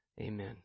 Amen